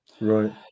right